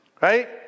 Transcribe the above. Right